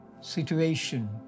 situation